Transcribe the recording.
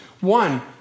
One